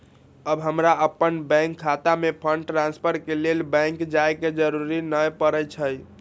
अब हमरा अप्पन बैंक खता में फंड ट्रांसफर के लेल बैंक जाय के जरूरी नऽ परै छइ